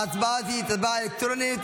ההצבעה תהיה הצבעה אלקטרונית.